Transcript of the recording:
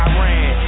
Iran